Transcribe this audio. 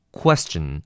question